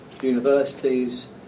universities